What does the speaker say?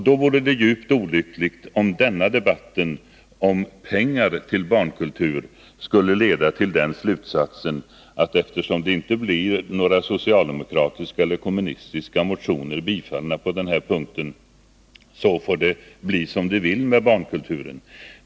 Då vore det djupt olyckligt om denna debatt om pengar till barnkulturen skulle leda till den slutsatsen att det får bli som det vill med barnkulturen, eftersom det inte blir några socialdemokratiska eller kommunistiska motioner bifallna på denna punkt.